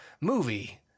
movie